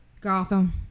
gotham